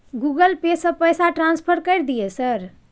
Google से से पैसा ट्रांसफर कर दिय सर?